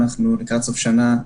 אנחנו לקראת סוף שנה,